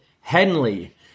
Henley